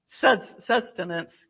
sustenance